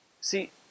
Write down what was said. See